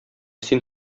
син